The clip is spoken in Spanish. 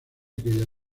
aquella